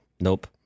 nope